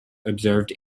observed